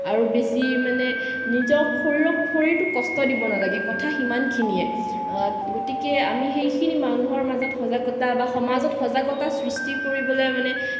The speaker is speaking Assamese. আৰু বেছি মানে নিজক শৰীৰটোক কষ্ট দিব নালাগে কথা সিমানখিনিয়েই গতিকে আমি সেইখিনি মানুহৰ মাজত সজাগতা বা সমাজত সজাগতা সৃষ্টি কৰিবলৈ মানে